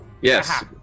Yes